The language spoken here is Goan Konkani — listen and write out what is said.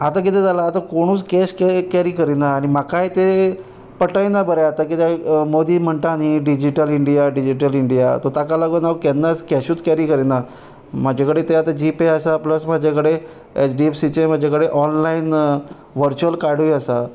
आतां कितें जालां आतां कोणूच कॅश कॅरी करिना आनी म्हाकाय तें पटय ना बरें आतां कित्याक मोदी म्हणटा न्ही digital India digital India so ताका लागून हांव केन्नाच कॅशूच कॅरी करिना म्हाजे कडेन तें आतां जी पे आसा प्लस म्हाजे कडेन एच डी एफसीचें म्हजे कडेन ऑनलायन वर्च्यूअल कार्डूय आसा